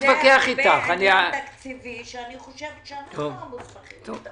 אני חושבת שאנחנו המוסמכים לקבל.